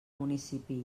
municipi